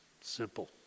Simple